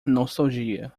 nostalgia